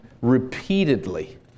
repeatedly